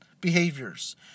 behaviors